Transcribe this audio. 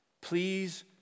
please